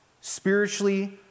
spiritually